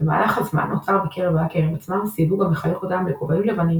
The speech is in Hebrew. במהלך הזמן נוצר בקרב ההאקרים עצמם סיווג המחלק אותם ל"כובעים לבנים",